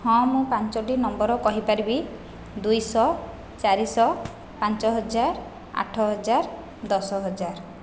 ହଁ ମୁଁ ପାଞ୍ଚଟି ନମ୍ବର କହିପାରିବି ଦୁଇଶହ ଚାରିଶହ ପାଞ୍ଚହଜାର ଆଠହଜାର ଦଶହଜାର